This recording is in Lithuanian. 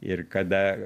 ir kada